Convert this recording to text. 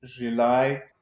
rely